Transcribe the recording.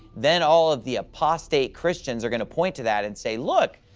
then all of the apostate christians are going to point to that and say, look,